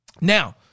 Now